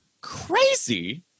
crazy